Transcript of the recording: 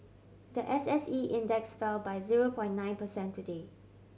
the S S E Index fell by zero point nine percent today